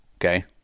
okay